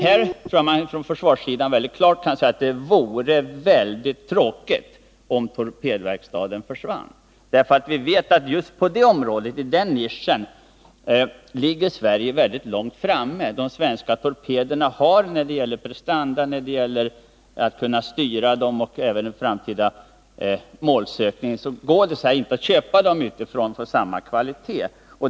Jag tror att man ifrån försvarssidan mycket klart kan säga att det vore väldigt tråkigt om torpedverkstaden försvann. Vi vet ju att just på det här området, i den här nischen, ligger Sverige långt framme. När det gäller prestanda, styrbarhet och även framtida målsökning går det inte att köpa torpeder av samma kvalitet utifrån.